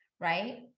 right